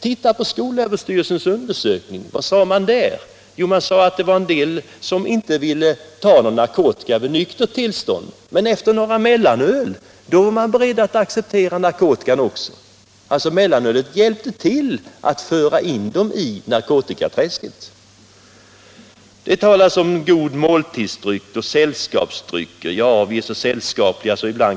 Titta på skolöverstyrelsens undersökning. Vad sade den? Jo, den sade att det fanns de som inte ville ta narkotika vid nyktert tillstånd, men efter några mellanöl var de beredda att acceptera narkotika också. Mellanölet hjälpte till att föra in dem i narkotikaträsket. Det talas om god måltidsdryck och om sällskapsdryck. Ja, tänk så sällskapliga vi är!